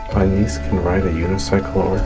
my niece can ride a unicycle.